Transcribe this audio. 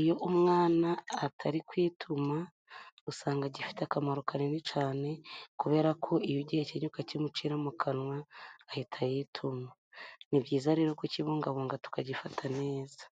iyo umwana atari kwituma usanga gifite akamaro kanini cyane, kuberako iyo ugihekenye ukakimucira mu kanwa ahita yituma. Ni byiza rero kukibungabunga tukagifata neza.